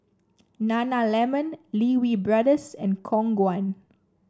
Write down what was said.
Nana lemon Lee Wee Brothers and Khong Guan